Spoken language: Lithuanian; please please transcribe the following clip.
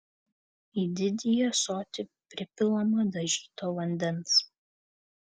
į didįjį ąsotį pripilama dažyto vandens